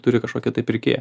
turi kažkokį tai pirkėją